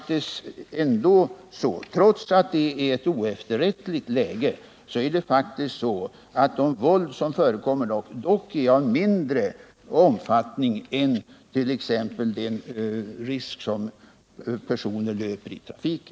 Trots att läget är oefterrättligt, är det faktiskt så, att det våld som förekommer på tunnelbanan dock är av mindre omfattning än t.ex. den risk som människorna löper i trafiken.